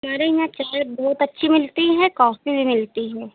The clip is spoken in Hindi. हमारे यहाँ चाय बहुत अच्छी मिलती है कॉफ़ी भी मिलती है